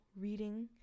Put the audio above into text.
reading